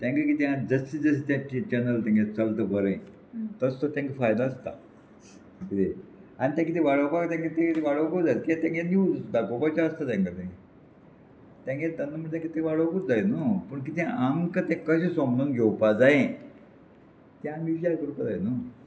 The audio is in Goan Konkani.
तेंगे कितें जशीं जशीं चॅनल तेंगे चलता बरें तस तो तांकां फायदो आसता कितें आनी तें कितें वाडोवपाक तांकां वाडोवपाक जाय किद्याक तेंगे न्यूज दाखोवपाचें आसता तांकां तें तेंगे तेन्ना म्हण तें कितें तें वाडोवपूच जाय न्हू पूण कितें आमकां तें कशें समजून घेवपा जाय तें आमी विचार करपाक जाय न्हू